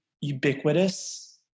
ubiquitous